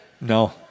No